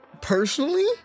personally